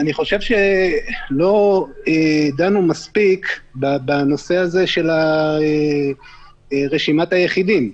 אני חושב שלא דנו מספיק בנושא של רשימת היחידים.